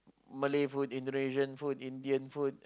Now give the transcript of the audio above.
Malay food Indonesian food Indian food